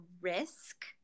risk